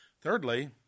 Thirdly